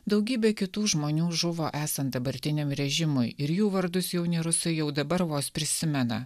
daugybė kitų žmonių žuvo esant dabartiniam režimui ir jų vardus jauni rusai jau dabar vos prisimena